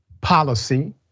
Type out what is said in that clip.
policy